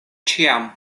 ĉiam